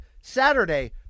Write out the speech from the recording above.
Saturday